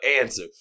answer